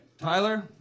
Tyler